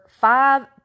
five